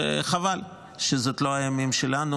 וחבל שזה לא הימים שלנו,